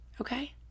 Okay